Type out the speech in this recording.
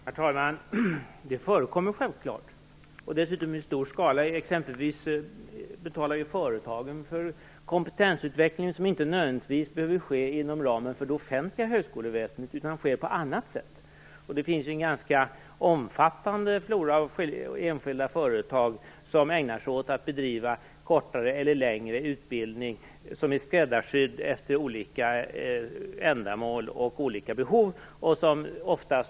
Herr talman! Sådana här utbildningar förekommer självfallet - dessutom i stor skala. Företagen betalar t.ex. för kompetensutveckling som inte nödvändigtvis behöver ske inom ramen för det offentliga högskoleväsendet; den kan ske på annat sätt. Det finns en omfattande flora av enskilda företag som bedriver kortare eller längre utbildningar som är skräddarsydda efter olika ändamål och behov.